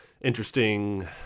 interesting